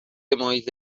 محیط